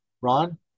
Ron